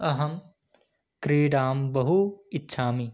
अहं क्रीडां बहु इच्छामि